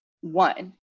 One